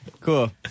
Cool